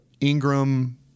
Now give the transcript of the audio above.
Ingram